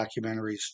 documentaries